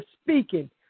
speaking